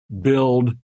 build